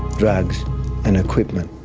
drugs and equipment.